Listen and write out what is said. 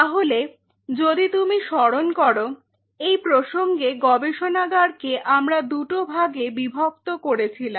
তাহলে যদি তুমি স্মরণ করো এই প্রসঙ্গে গবেষণাগার কে আমরা দুটো ভাগে বিভক্ত করেছিলাম